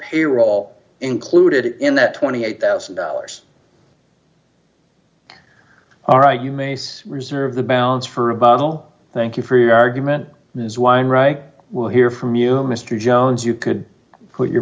payroll included in that twenty eight thousand dollars all right you may see reserve the balance for a bottle thank you for your argument is wine right we'll hear from you mr jones you could put your